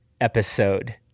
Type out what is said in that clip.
episode